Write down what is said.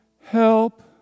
help